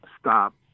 stop